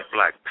Black